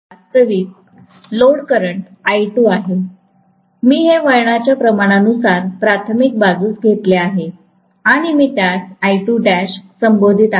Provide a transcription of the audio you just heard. वास्तविक load current I2 आहे मी हे वळणाच्या प्रमाणा नुसार प्राथमिक बाजूस घेतले आहे आणि मी त्याससंबोधित आहे